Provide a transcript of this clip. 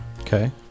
okay